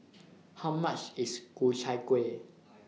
How much IS Ku Chai Kuih